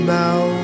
now